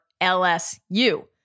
LSU